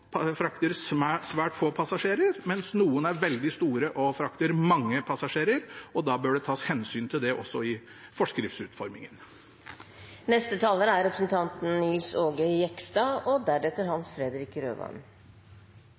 frakter svært få passasjerer, mens noen er veldig store og frakter mange passasjerer, og da bør det tas hensyn til det også i forskriftsutformingen. Selv om saken er liten, har vi altså greid å lage en dissens, og